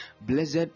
Blessed